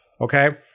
okay